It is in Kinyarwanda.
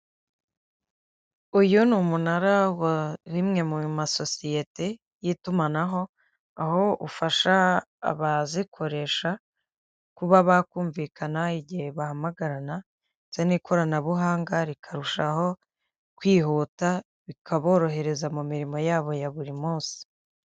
Uyu ni umunara wa rimwe mu masosiyete y'itumanaho aho ufasha abazikoresha kuba bakumvikana, igihe bahamagarana ndetse n'ikoranabuhanga rikarushaho kwihuta bikaborohereza mu mirimo yabo ya buri munsi.